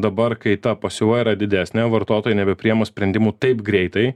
dabar kai ta pasiūla yra didesnė vartotojai nebepriima sprendimų taip greitai